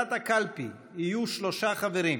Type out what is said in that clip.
בוועדת הקלפי יהיו שלושה חברים: